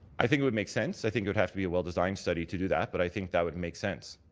i think it would make sense. i think it would have to be a well-designed study to do that but i think that would make sense.